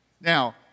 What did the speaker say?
Now